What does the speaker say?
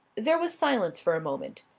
there was silence for a moment.